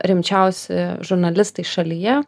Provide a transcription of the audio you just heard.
rimčiausi žurnalistai šalyje